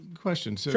question